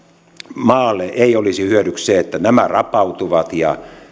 maalle ei olisi hyödyksi se että nämä rapautuvat ja